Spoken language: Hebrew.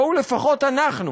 בואו לפחות אנחנו,